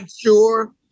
sure